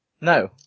No